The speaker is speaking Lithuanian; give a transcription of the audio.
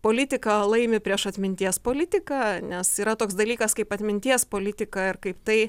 politika laimi prieš atminties politiką nes yra toks dalykas kaip atminties politika ir kaip tai